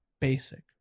basic